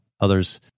Others